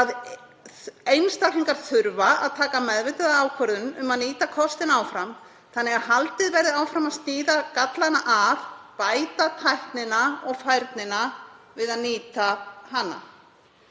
sér. Einstaklingar þurfa að taka meðvitaða ákvörðun um að nýta kostina áfram þannig að haldið verði áfram að sníða gallana af, bæta tæknina og færnina við að nýta hana.